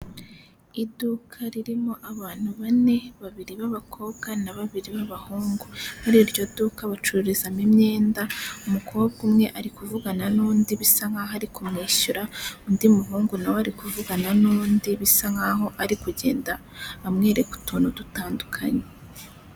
Iduka ririmo abantu bane babiri b'abakobwa na babiri b'abahungu. Muri iryo duka bacururizamo imyenda, umukobwa umwe ari kuvugana n'undi bisa nkaho ari kumwishyura, undi muhungu nawe ari kuvugana n'undi bisa nkaho ari kugenda amwereka utuntu dutandukanye.